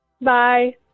Bye